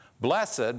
Blessed